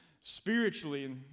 spiritually